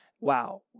wow